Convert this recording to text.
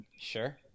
Sure